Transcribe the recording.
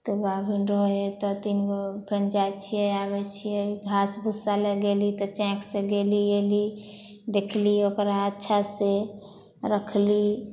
तऽ गाभिन रहै हइ तऽ तीन गो फेर जाय छियै आबै छियै घास भूस्सा लै गेली तऽ चाॅंइक से गेली अयली देखली ओकरा अच्छा से रखली